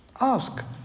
Ask